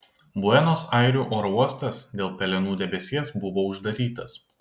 buenos airių oro uostas dėl pelenų debesies buvo uždarytas